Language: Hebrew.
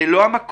זה לא המקום.